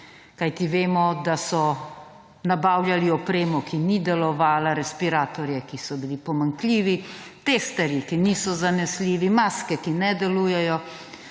namreč, da so nabavljali opremo, ki ni delovala, respiratorje, ki so bili pomanjkljivi, testerje, ki niso zanesljivi, maske, ki ne delujejo,